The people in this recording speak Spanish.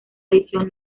edición